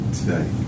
today